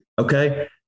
Okay